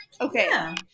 Okay